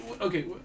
okay